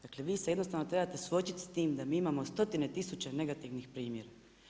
Dakle, vi se jednostavno trebate suočiti s tim da mi imamo stotine tisuća negativnih primjera.